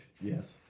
Yes